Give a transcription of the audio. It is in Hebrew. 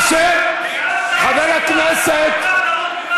ממה טעון?